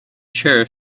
chair